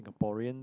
Singaporeans